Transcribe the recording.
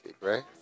right